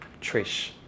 Trish